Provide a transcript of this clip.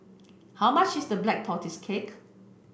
how much is the black tortoise cake